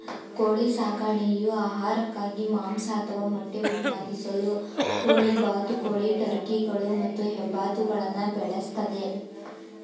ಕೋಳಿ ಸಾಕಣೆಯು ಆಹಾರಕ್ಕಾಗಿ ಮಾಂಸ ಅಥವಾ ಮೊಟ್ಟೆ ಉತ್ಪಾದಿಸಲು ಕೋಳಿ ಬಾತುಕೋಳಿ ಟರ್ಕಿಗಳು ಮತ್ತು ಹೆಬ್ಬಾತುಗಳನ್ನು ಬೆಳೆಸ್ತದೆ